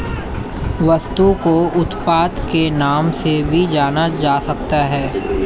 वस्तु को उत्पाद के उपनाम से भी जाना जा सकता है